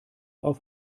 auf